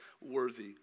worthy